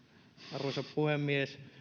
arvoisa puhemies